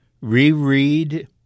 reread